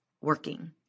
working